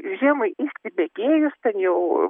žiemai įsibėgėjus ten jau